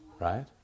right